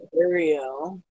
Ariel